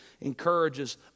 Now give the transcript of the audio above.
encourages